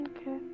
Okay